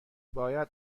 باید